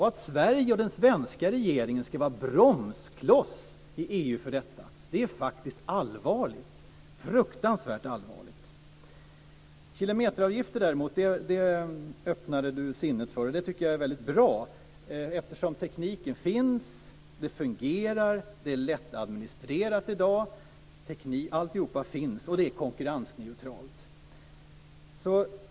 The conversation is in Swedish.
Att Sverige och den svenska regeringen ska vara bromskloss i EU för detta är allvarligt, fruktansvärt allvarligt. Kilometeravgifter öppnade näringsministern däremot sinnet för, och det är väldigt bra. Tekniken finns, och det fungerar och är lättadministrerat i dag. Allt finns, och det är konkurrensneutralt.